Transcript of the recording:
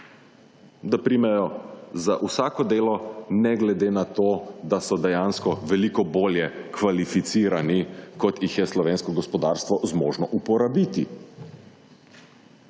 da primejo za vsako delo, ne glede na to, da so dejansko veliko bolje kvalificirani, kot jih je slovensko gospodarstvo zmožno uporabiti.